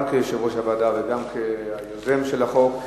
גם יושב-ראש הוועדה וגם יוזם של החוק.